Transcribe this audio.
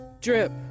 drip